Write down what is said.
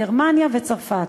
גרמניה וצרפת.